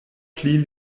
pli